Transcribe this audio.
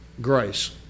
grace